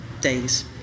days